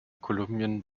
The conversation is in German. kolumbien